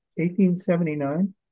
1879